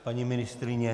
Paní ministryně?